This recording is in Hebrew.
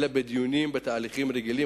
אלא בדיונים בתהליכים רגילים,